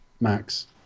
Max